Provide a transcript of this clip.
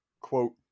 quote